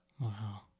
Wow